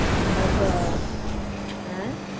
వాళ్ళకు